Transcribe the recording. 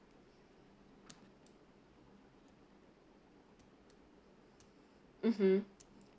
mmhmm